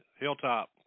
Hilltop